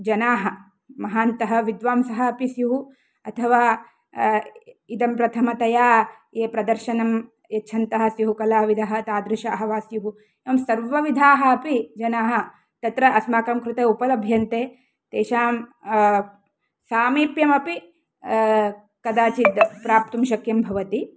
जनाः महान्तः विद्वांसः अपि स्युः अथवा इदं प्रथमतया ये प्रदर्शनं यच्छन्तः स्युः कलाविदः तादृशाः वा स्युः सर्व विधाः अपि जनाः तत्र अस्माकं कृते उपलभ्यन्ते तेषां सामीप्यमपि कदाचिद् प्राप्तुं शक्यं भवति